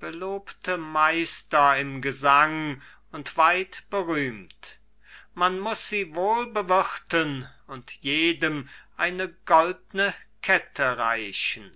belobte meister im gesang und weit berühmt man muß sie wohl bewirten und jedem eine goldne kette reichen